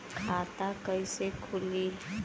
खाता कईसे खुली?